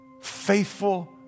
faithful